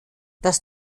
dass